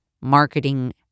marketing